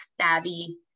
savvy